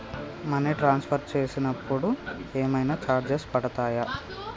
Money transfer చేసినప్పుడు ఏమైనా charges పడతయా?